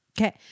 Okay